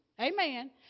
Amen